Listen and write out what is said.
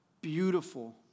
beautiful